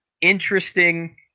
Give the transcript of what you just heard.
interesting